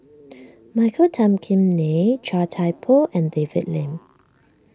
Michael Tan Kim Nei Chia Thye Poh and David Lim